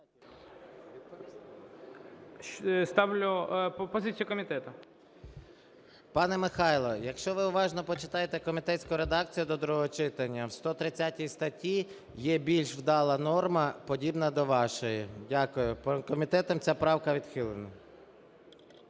СОЛЬСЬКИЙ М.Т. Пане Михайло, якщо ви уважно почитаєте комітетську редакцію до другого читання, в 130 статті є більш вдала норма, подібна до вашої. Дякую. Комітетом ця правка відхилена.